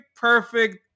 perfect